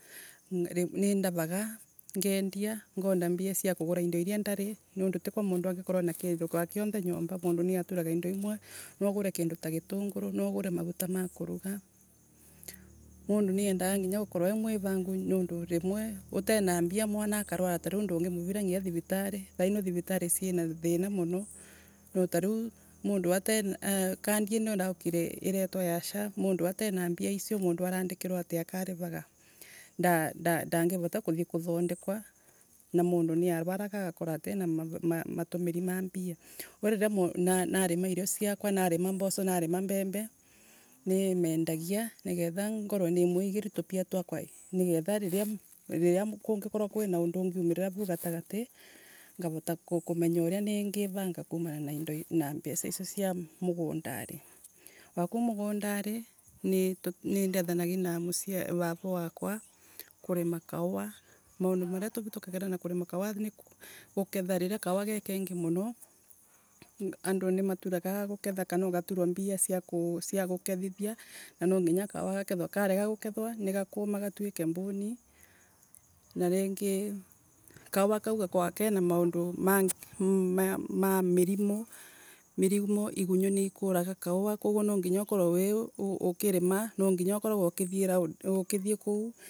Nindaraga ngendia ngona mbia cia kugura indo iria ndari nondu tikwa mundu angikorwa na kindu wa kionthe nyomba mundu niaturaga indo imwe, nwawithire kindu ta gitunguru, naugure maguta ma kuruga. Mundu niendaga nginya gukonwo e muivangu nondu rimwe uteria mbia mwana akarwara tariu ndungimuvira nginya thibitari. Thaino thivitari ciiina thiina muno nondu tariu mundu atenaeeecadi imo iraukire iretwa ya SHA, mundu ateria mbia icio arandikirwa atii akarivaga nda ndangivota kuthii. kuthandekwa na mundu niarwaga agakorwa atena matumiri ma mbia narima iria ciakwa narima mboco, narima mbembe niimendagia nigetha ngorwe. Nimuigiru tupia twakwa nigetha riria riria kungikorwa kwina undu ungiumirira vau gatagati gavota kumenya uria ningivanga kuuman na indombia icio cia mugundari. Wakuu mugundari, nindethanagi nav ava wakwa kurima kauwa. Maundu maria tuvitukagira na kurima kauwa ni gutketha riria kauwa gekengi muno, andu ni maturaga a guketha kana ukatura mbia cia gukethithia na nwanginya kauwa gakethwe. Karega gukethwa ni gakuuma gatuike mbuuni na riingi kauwa kau gakoragwa kenamaundu ma mirimu. Mirimu igunyu ni ikuraga kauwa kau koguo nwanginya ukurwe we wiukirima, nwa nginya ukorwe ukithie kuu.